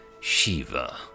Shiva